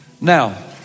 Now